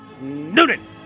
Noonan